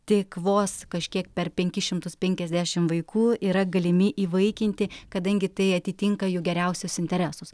tik vos kažkiek per penkis šimtus penkiasdešim vaikų yra galimi įvaikinti kadangi tai atitinka jų geriausius interesus